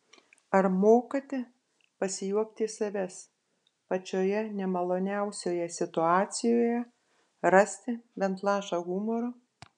ar mokate pasijuokti iš savęs pačioje nemaloniausioje situacijoje rasti bent lašą humoro